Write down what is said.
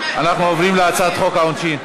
אנחנו עוברים להצעת חוק העונשין,